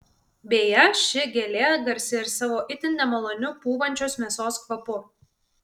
beje ši gėlė garsi ir savo itin nemaloniu pūvančios mėsos kvapu